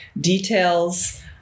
Details